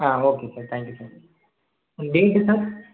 ah okay sir thank you sir date sir